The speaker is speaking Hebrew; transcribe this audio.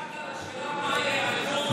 נשאלת את השאלה מהי הרפורמה.